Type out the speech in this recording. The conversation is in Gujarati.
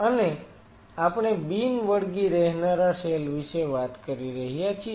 અને આપણે બિન વળગી રહેનારા સેલ વિશે વાત કરી રહ્યા છીએ